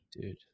dude